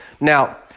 Now